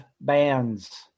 bands